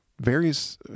varies